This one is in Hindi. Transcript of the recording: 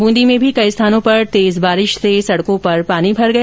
ब्रंदी में भी कई स्थानों पर तेज बारिश से सड़कों पर पानी भर गया